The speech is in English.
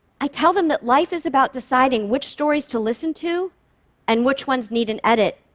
i tell them that life is about deciding which stories to listen to and which ones need an edit.